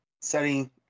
setting